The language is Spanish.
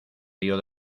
río